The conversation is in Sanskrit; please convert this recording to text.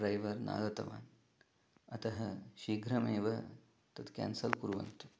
ड्रैवर् न आगतवान् अतः शीघ्रमेव तत् केन्सल् कुर्वन्तु